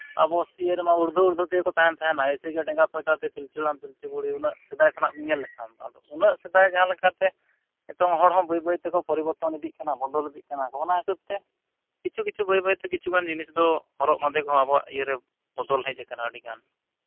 ᱟᱵᱚ ᱤᱭᱟᱹᱨᱮᱢᱟ ᱩᱲᱫᱩᱢᱼᱩᱲᱫᱩᱢ ᱛᱮᱜᱮᱠᱚ ᱛᱟᱦᱮᱱ ᱛᱮᱦᱮᱱᱟ ᱮᱭᱥᱮᱜᱮ ᱰᱮᱸᱜᱟᱼᱯᱳᱭᱛᱟᱛᱮ ᱯᱤᱞᱪᱩ ᱦᱟᱲᱟᱢ ᱯᱤᱞᱪᱩ ᱵᱩᱲᱦᱤ ᱩᱱᱟᱹᱜ ᱥᱮᱫᱟᱭ ᱠᱷᱚᱱᱟᱜᱵᱚ ᱧᱮᱞ ᱞᱮᱠᱷᱟᱱ ᱫᱚ ᱟᱫᱚ ᱩᱱᱟᱹᱜ ᱥᱮᱫᱟᱭ ᱡᱟᱦᱟᱸ ᱞᱮᱠᱟᱛᱮ ᱱᱤᱛᱚᱝ ᱦᱚᱲᱦᱚᱸ ᱵᱟᱹᱭᱼᱵᱟᱹᱭᱛᱮᱠᱚ ᱯᱚᱨᱤᱵᱚᱨᱛᱚᱱ ᱤᱫᱤᱜ ᱠᱟᱱᱟ ᱵᱚᱫᱚᱞ ᱤᱫᱤᱜ ᱠᱟᱱᱟᱠᱚ ᱚᱱᱟ ᱦᱤᱥᱟᱹᱵᱽᱛᱮ ᱠᱤᱪᱷᱩᱼᱠᱤᱪᱷᱩ ᱵᱟᱹᱭᱼᱵᱟᱹᱭᱛᱮ ᱠᱤᱪᱷᱩᱜᱟᱱ ᱡᱤᱱᱤᱥᱫᱚ ᱦᱚᱨᱚᱜᱼᱵᱟᱸᱫᱮ ᱠᱚᱦᱚᱸ ᱟᱵᱚᱣᱟᱜ ᱤᱭᱟᱹᱨᱮ ᱵᱚᱫᱚᱞ ᱦᱮᱡ ᱟᱠᱟᱱᱟ ᱟᱹᱰᱤᱜᱟᱱ